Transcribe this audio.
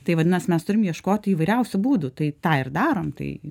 tai vadinas mes turim ieškoti įvairiausių būdų tai tą ir darom tai